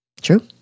True